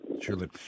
Surely